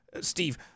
Steve